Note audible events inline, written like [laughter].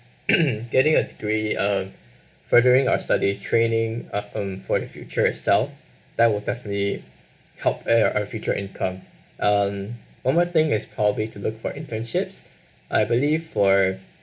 [coughs] getting a degree uh furthering our studies training upon for the future itself that will definitely help air our future income um one more thing is probably to look for internships I believe for